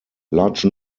large